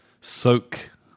soak